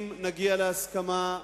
אם נגיע להסכמה,